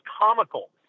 comical